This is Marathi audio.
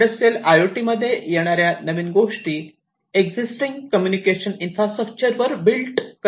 इंडस्ट्रियल आय ओ टी मध्ये येणाऱ्या नवीन गोष्टी एक्सिस्टिंग कम्युनिकेशन इन्फ्रास्ट्रक्चर वर बिल्ड कराव्यात